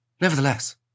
Nevertheless